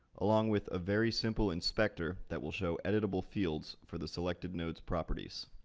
along with a very simple inspector that will show editable fields for the selected node's properties.